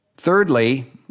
Thirdly